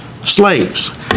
Slaves